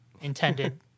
intended